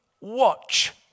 watch